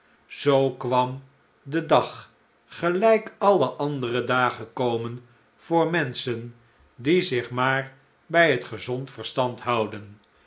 zoo kwam de dag gelijk alle andere dagen komen voor menschen die zich maar bij het gezond verstand houden